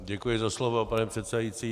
Děkuji za slovo, pane předsedající.